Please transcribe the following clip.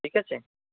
ঠিক আছে